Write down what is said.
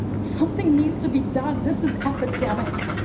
something needs to be done. this is epidemic.